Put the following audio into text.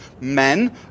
men